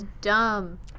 dumb